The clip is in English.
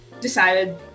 decided